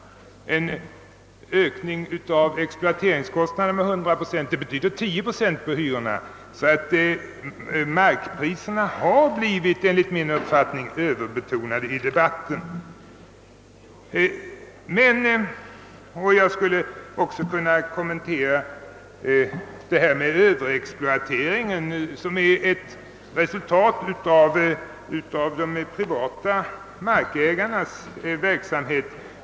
En ökning av exploateringskostnaderna med 100 procent innebär en 10-procentig höjning av hyrorna. Markpriset har alltså enligt min uppfattning blivit överbetonat i debatten, Jag skulle kunna kommentera resonemanget om överexploateringen som ett resultat av de privata markägarnas verksamhet.